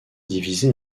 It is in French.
divisé